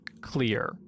clear